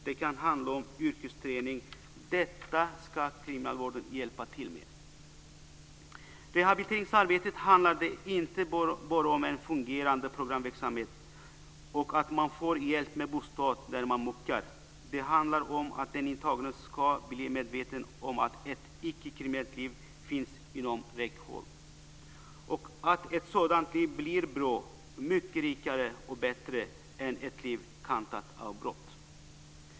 Det kan handla om yrkesträning. Detta ska kriminalvården hjälpa till med. I rehabiliteringsarbetet handlar det inte bara om en fungerande programverksamhet och om att man får hjälp med bostad när man muckar. Det handlar om att den intagne ska bli medveten om att ett ickekriminellt liv finns inom räckhåll och att ett sådant liv blir bra mycket rikare och bättre än ett liv kantat av brott.